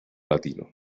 latino